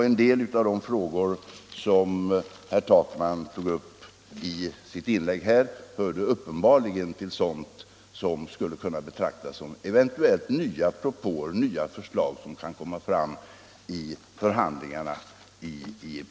En del av de frågor som herr Takman tog upp i sitt inlägg hörde uppenbarligen till sådant som skulle kunna betraktas som nya förslag som kan komma fram vid förhandlingarna i IEP.